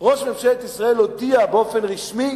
ראש ממשלת ישראל הודיע באופן רשמי